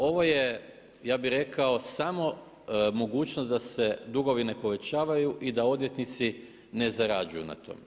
Ovo je ja bi rekao samo mogućnost da se dugovi ne povećavaju i da odvjetnici ne zarađuju na tome.